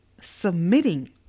submitting